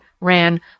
ran